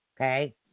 Okay